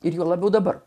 ir juo labiau dabar